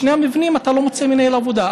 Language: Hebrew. בשני המבנים אתה לא מוצא מנהל עבודה.